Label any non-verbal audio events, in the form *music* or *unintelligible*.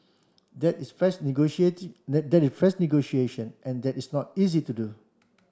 that is fresh *unintelligible* that that is fresh negotiation and that is not so easy to do